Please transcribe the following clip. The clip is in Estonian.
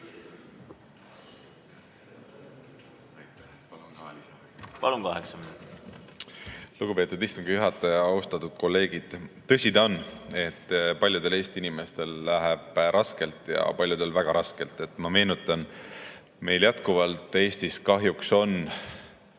Lugupeetud istungi juhataja! Austatud kolleegid! Tõsi ta on, et paljudel Eesti inimestel läheb raskelt ja paljudel väga raskelt. Ma meenutan, et meil Eestis kahjuks on